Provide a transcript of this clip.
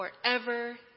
Forever